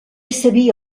sabia